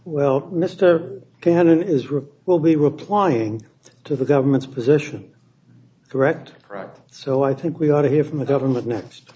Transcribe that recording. well mr cannon is rip will be replying to the government's position correct correct so i think we ought to hear from the government next